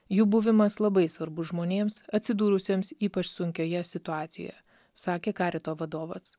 jų buvimas labai svarbus žmonėms atsidūrusiems ypač sunkioje situacijoje sakė karito vadovas